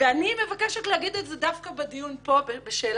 אני מבקשת להגיד את זה דווקא פה בדיון בשאלת